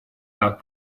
как